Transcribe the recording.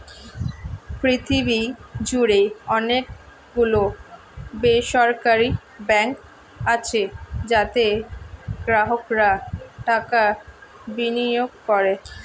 পৃথিবী জুড়ে অনেক গুলো বেসরকারি ব্যাঙ্ক আছে যাতে গ্রাহকরা টাকা বিনিয়োগ করে